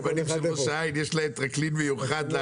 לראש העין יש להם טרקלין מיוחד,